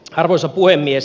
arvoisa puhemies